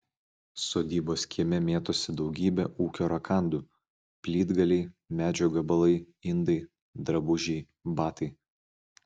sodybos kieme mėtosi daugybė ūkio rakandų plytgaliai medžio gabalai indai drabužiai batai